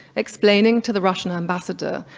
explaining to the russian ambassador,